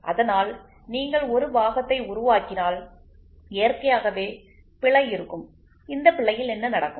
அதனால்நீங்கள் ஒரு பாகத்தை உருவாக்கினால் இயற்கையாகவே பிழை இருக்கும்இந்த பிழையில் என்ன நடக்கும்